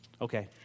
Okay